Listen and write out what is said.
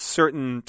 certain